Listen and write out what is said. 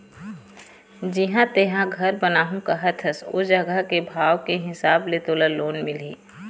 जिहाँ तेंहा घर बनाहूँ कहत हस ओ जघा के भाव के हिसाब ले तोला लोन मिलही